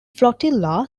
flotilla